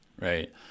Right